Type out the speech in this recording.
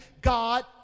God